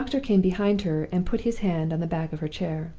the doctor came behind her, and put his hand on the back of her chair.